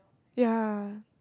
ya